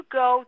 go